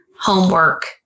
homework